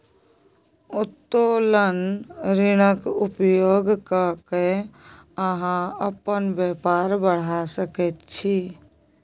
उत्तोलन ऋणक उपयोग क कए अहाँ अपन बेपार बढ़ा सकैत छी